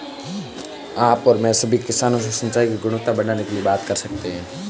आप और मैं सभी किसानों से सिंचाई की गुणवत्ता बढ़ाने के लिए बात कर सकते हैं